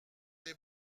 les